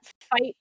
fight